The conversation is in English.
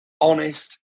honest